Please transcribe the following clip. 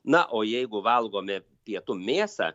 na o jeigu valgomi pietum mėsą